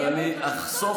אבל אני אחסוך